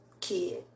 kid